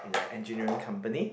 in a engineering company